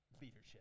Leadership